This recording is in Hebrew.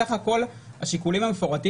בסך הכול המטרה של השיקולים המפורטים